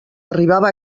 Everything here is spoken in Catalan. arribava